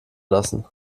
lassen